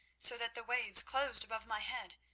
so that the waves closed above my head.